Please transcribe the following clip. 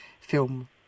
film